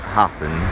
happen